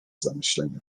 zamyśleniu